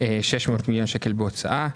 600 מיליון שקל בהוצאה,